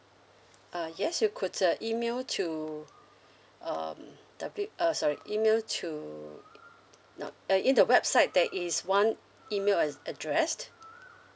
uh yes you could uh email to um W uh sorry email to uh now uh in the website there is one email add~ address